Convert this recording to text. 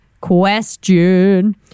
question